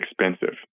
expensive